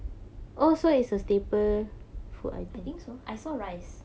I think so I saw rice